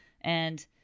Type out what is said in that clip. and-